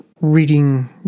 reading